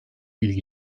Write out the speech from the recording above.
ilgi